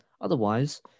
Otherwise